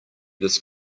this